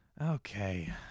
Okay